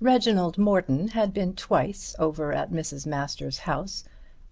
reginald morton had been twice over at mrs. masters' house